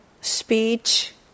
speech